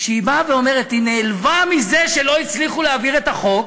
שבאה ואומרת שהיא נעלבה מזה שלא הצליחו להעביר את החוק,